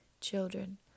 Children